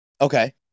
Okay